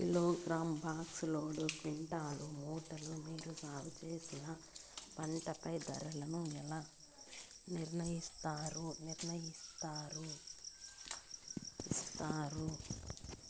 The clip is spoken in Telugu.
కిలోగ్రామ్, బాక్స్, లోడు, క్వింటాలు, మూటలు మీరు సాగు చేసిన పంటపై ధరలను ఎలా నిర్ణయిస్తారు యిస్తారు?